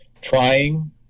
trying